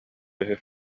үһү